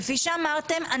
כפי שאמרתם,